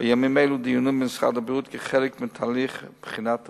בימים אלה דיונים במשרד הבריאות כחלק מתהליך בחינת הנושא.